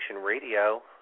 Radio